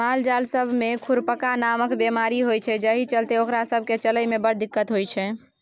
मालजाल सब मे खुरपका नामक बेमारी होइ छै जाहि चलते ओकरा सब केँ चलइ मे बड़ दिक्कत होइ छै